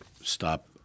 stop